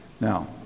Now